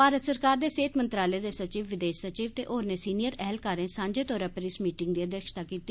भारत सरकार दे सेहत मंत्रालय दे सचिव विदेश सचिव ते होरनें सीनियर ऐह्लकारें सांझे तौर पर इस मीटिंग दी अध्यक्षता कीती